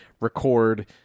record